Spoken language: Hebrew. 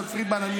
חיים